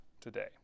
today